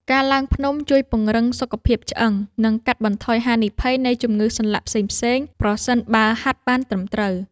ការឡើងភ្នំជួយពង្រឹងសុខភាពឆ្អឹង និងកាត់បន្ថយហានិភ័យនៃជំងឺសន្លាក់ផ្សេងៗ ប្រសិនបើហាត់បានត្រឹមត្រូវ។